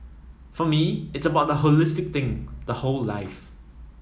for me it's about the holistic thing the whole life